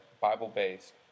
Bible-based